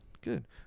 Good